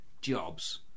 jobs